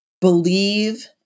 believe